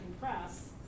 press